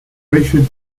richard